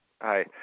Hi